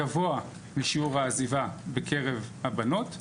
גבוה משיעור העזיבה בקרב הבנות,